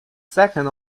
second